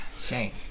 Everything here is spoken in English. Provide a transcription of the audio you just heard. Shame